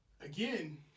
again